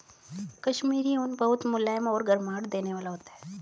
कश्मीरी ऊन बहुत मुलायम और गर्माहट देने वाला होता है